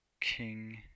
King